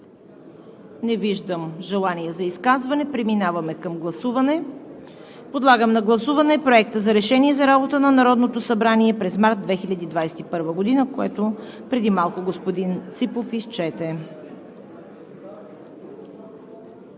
Не виждам желание за изказване. Подлагам на гласуване Проекта за решение за работа на Народното събрание през март 2021 г., което преди малко господин Ципов изчете.